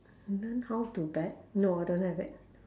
learn how to bet no I don't have that